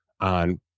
on